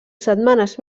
setmanes